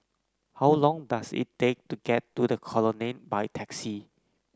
how long does it take to get to The Colonnade by taxi